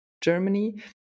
Germany